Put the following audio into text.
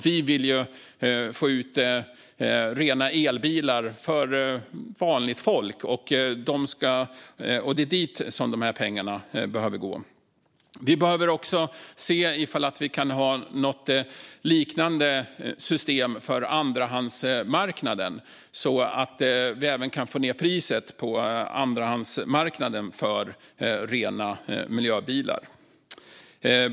Vi vill få ut rena elbilar för vanligt folk, och det är dit dessa pengar ska gå. Vi behöver också titta på något liknande system för andrahandsmarknaden så att vi kan få ned priset på rena miljöbilar även på denna marknad.